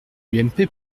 l’ump